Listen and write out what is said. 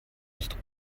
ist